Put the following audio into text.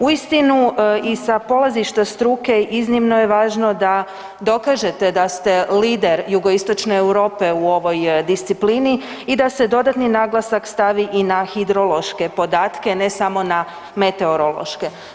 Uistinu i sa polazišta struke iznimno je važno da dokažete da ste lider Jugoistočne Europe u ovoj disciplini i da se dodatni naglasak stavi i na hidrološke podatke ne samo na meteorološke.